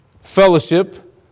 fellowship